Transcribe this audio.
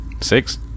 Six